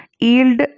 yield